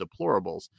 deplorables